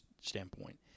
standpoint